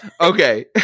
Okay